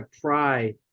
pry